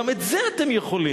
גם את זה אתם יכולים.